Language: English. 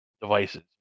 devices